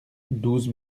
douze